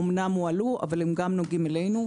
הם אמנם הועלו אבל גם נוגעים אלינו.